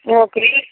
okay